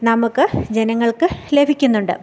നമുക്ക് ജനങ്ങൾക്ക് ലഭിക്കുന്നുണ്ട്